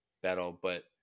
battle—but